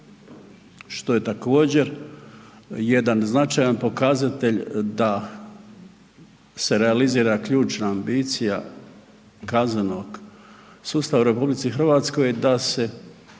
što je također jedan značajan pokazatelj da se realizira ključna ambicija kaznenog sustava u RH da se